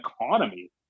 economy